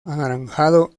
anaranjado